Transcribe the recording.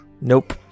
Nope